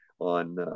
on